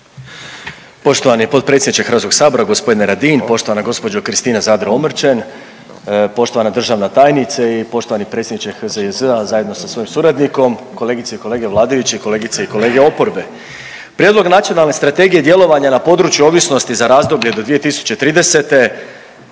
Poštovani potpredsjedniče Hrvatskog sabora gospodine Radin, poštovana gospođo Kristina Zadro Omrčen, poštovana državna tajnice i poštovani predsjedniče HZJZ-a zajedno sa svojim suradnikom, kolegice i kolege vladajući, kolegice i kolege oporbe, Prijedlog Nacionalne strategije djelovanja na području ovisnosti za razdoblje do 2030.